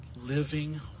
living